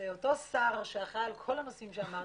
אותו שר שאחראי על כל הנושאים שאמרתי,